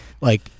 like-